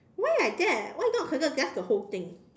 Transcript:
why like that why not circle just the whole thing